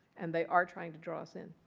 and they are trying to draw us in.